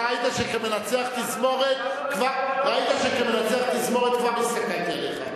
אתה ראית שכמנצח תזמורת כבר הסתכלתי עליך,